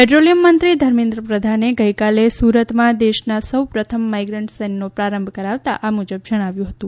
petroleum મંત્રી ધર્મેન્દ્ર પ્રધાને ગઇકાલે સુરતમાં દેશના સૌ પ્રથમ માઇગ્રન્ટ સેલનો પ્રારંભ કરાવતા આ મુજબ જણાવ્યું હતું